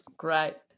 great